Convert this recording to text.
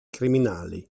criminali